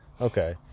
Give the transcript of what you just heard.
Okay